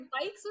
bikes